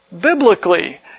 biblically